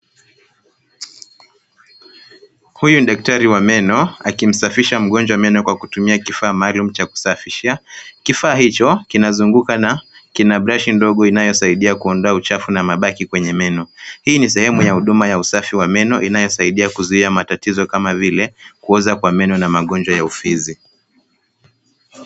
Huyu ni daktari wa meno akimsafisha mgonjwa meno kwa kutumia kifaa maalum cha kusafisha. Kifaa hicho kinazunguka na kina brashi ndogo inayosaidia kuondoa uchafu na mabaki kwenye meno. Hii ni sehemu ya huduma ya usafi wa meno inayosaidia kuzuia matatizo kama vile kuoza kwa meno na magonjwa ya ufizi.